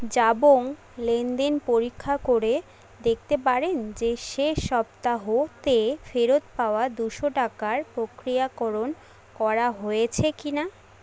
জাবং লেনদেন পরীক্ষা করে দেখতে পারেন যে শেষ সপ্তাহতে ফেরত পাওয়া দুশো টাকার প্রক্রিয়াকরণ করা হয়েছে কি না